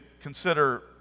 consider